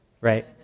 right